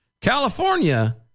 California